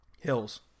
hills